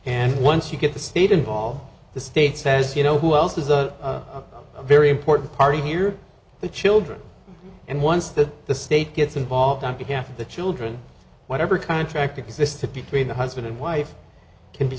and once you get the state involved the state says you know who else has a very important party here the children and once that the state gets involved on behalf of the children whatever contract existed between the husband and wife can be